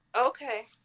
Okay